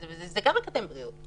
זה גם תורם לבריאות.